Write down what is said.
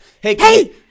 Hey